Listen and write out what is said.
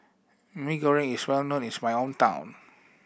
Mee Goreng is well known in my hometown